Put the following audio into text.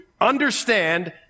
understand